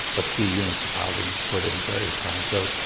a few units of housing were put in at various times. so,